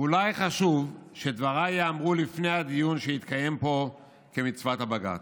ואולי חשוב שדבריי ייאמרו לפני הדיון שיתקיים פה כמצוות הבג"ץ.